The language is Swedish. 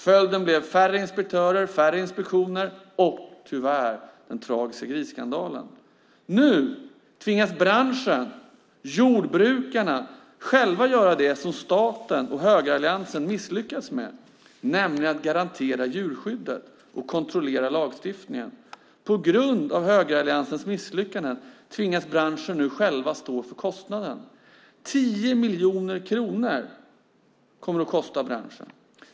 Följden blev färre inspektörer, färre inspektioner och, tyvärr, den tragiska grisskandalen. Nu tvingas branschen, jordbrukarna, själva göra det som staten och högeralliansen misslyckades med, nämligen garantera djurskyddet och kontrollera lagstiftningen. På grund av högeralliansens misslyckanden tvingas branschen själv stå för kostnaden. 10 miljoner kronor kommer det att kosta branschen.